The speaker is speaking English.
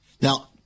Now